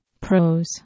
pros